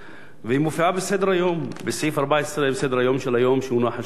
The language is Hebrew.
והיא מופיעה בסעיף 14 בסדר-היום של היום שמונח על שולחן הכנסת.